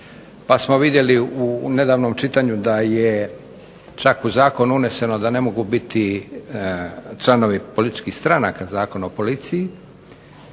pa smo vidjeli u nedavnom čitanju da je čak u zakon uneseno da ne mogu biti članovi političkih stranaka Zakon o policiji,